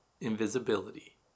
invisibility